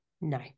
no